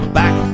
back